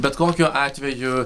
bet kokiu atveju